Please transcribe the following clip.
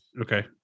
Okay